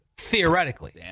theoretically